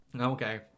okay